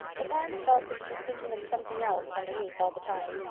but anne felt that he was thinking of something else underneath all the time.